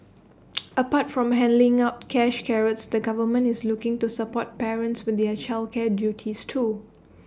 apart from handing out cash carrots the government is looking to support parents with their childcare duties too